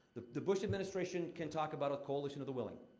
the the bush administration can talk about a coalition of the willing.